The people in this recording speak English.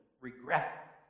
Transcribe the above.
regret